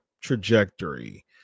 trajectory